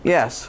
Yes